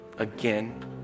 again